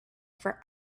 for